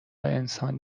انسان